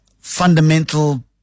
fundamental